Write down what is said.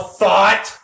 thought